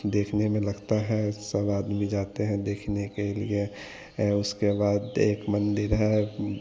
देखने में लगता है सब आदमी जाते हैं देखने के लिए उसके बाद एक मंदिर है